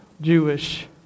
Jewish